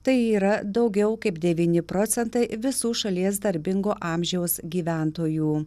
tai yra daugiau kaip devyni procentai visų šalies darbingo amžiaus gyventojų